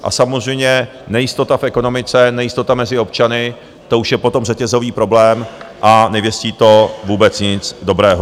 A samozřejmě nejistota v ekonomice, nejistota mezi občany, to už je potom řetězový problém a nevěstí to vůbec nic dobrého.